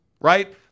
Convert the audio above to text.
right